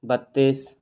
बत्तीस